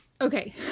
Okay